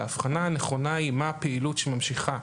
אלא ההבחנה הנכונה היא מה הפעילות שממשיכה.